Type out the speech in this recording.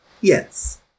yes